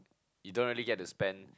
you don't really get to spend